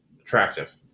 attractive